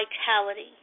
vitality